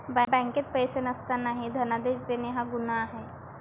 बँकेत पैसे नसतानाही धनादेश देणे हा गुन्हा आहे